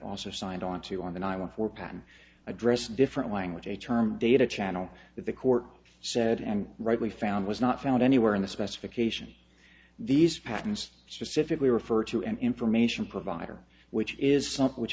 also signed onto on the island for patton addressed different language a term data channel that the court said and rightly found was not found anywhere in the specification these patents specifically refer to an information provider which is